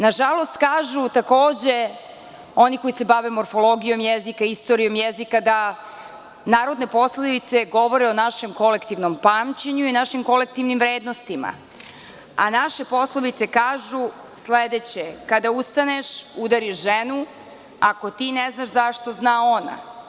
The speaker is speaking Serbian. Nažalost, kažu, takođe oni koji se bave morfologijom jezika, istorijom jezika da narodne poslovice govore o našem kolektivnom pamćenju i našim kolektivnim vrednostima, a naše poslovice kažu sledeće – kada ustaneš udariš ženu, ako ti ne znaš zašto zna ona.